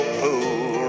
pool